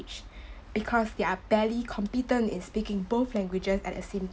~ge because they are barely competent in speaking both languages at the same